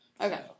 Okay